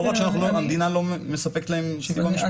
לא רק שהמדינה לא מספקת להם סיוע משפטי.